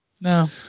No